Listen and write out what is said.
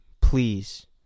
Please